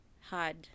hard